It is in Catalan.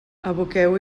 aboqueu